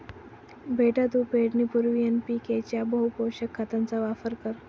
बेटा तू पेरणीपूर्वी एन.पी.के च्या बहुपोषक खताचा वापर कर